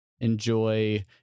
enjoy